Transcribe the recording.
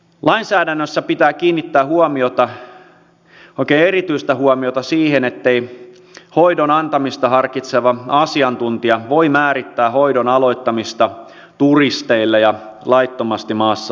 lainsäädännössä pitää kiinnittää huomiota oikein erityistä huomiota siihen ettei hoidon antamista harkitseva asiantuntija voi määrittää hoidon aloittamista turisteille ja laittomasti maassa oleville